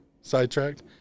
Sidetracked